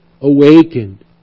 awakened